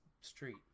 street